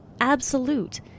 absolute